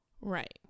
right